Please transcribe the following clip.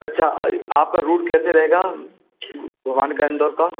अच्छा आपका रूट कैसे रहेगा घुमाने का इंदौर का